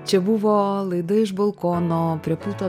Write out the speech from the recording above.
čia buvo laida iš balkono prie pulto